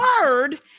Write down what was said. word